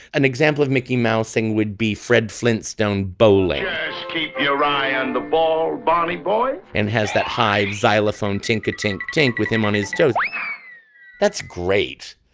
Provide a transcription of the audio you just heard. an example of mickey mouse sing would be fred flintstone bolero keep your eye on the ball barney boy and has that high xylophone tinker tent tank with him on his toes like that's great.